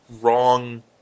wrong